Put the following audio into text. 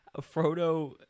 Frodo